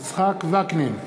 יצחק וקנין,